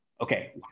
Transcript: okay